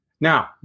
Now